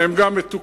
הן גם מתוקצבות,